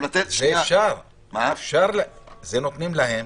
נותנים להם.